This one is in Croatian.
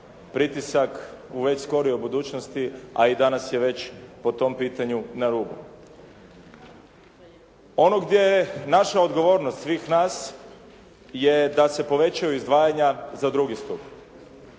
pritisak u već skorijoj budućnosti a i danas je već po tom pitanju na rubu. Ono gdje je naša odgovornost svih nas je da se povećaju izdvajanja za drugi stup,